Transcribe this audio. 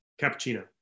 Cappuccino